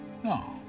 No